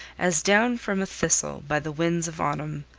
as down from a thistle by the winds of autumn.